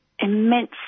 immense